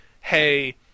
hey